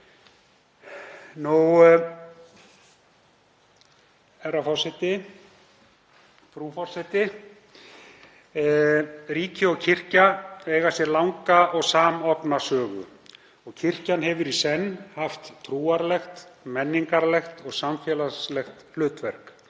lagt fram síðast. Frú forseti. Ríki og kirkja eiga sér langa og samofna sögu. Kirkjan hefur í senn haft trúarlegt, menningarlegt og samfélagslegt hlutverk.